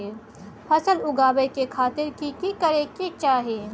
फसल उगाबै के खातिर की की करै के चाही?